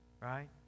Right